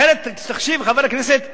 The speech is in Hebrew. אחרת, תקשיב, חבר הכנסת זאב,